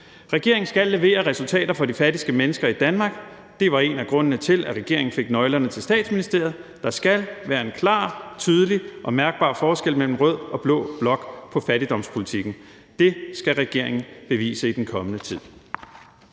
Regeringen skal levere resultater for de fattigste mennesker i Danmark, det var en af grundene til, at regeringen fik nøglerne til Statsministeriet: Der skal være en klar, tydelig og mærkbar forskel mellem rød og blå blok, hvad angår fattigdomspolitikken. Det skal regeringen bevise i den kommende tid.